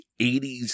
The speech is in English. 80s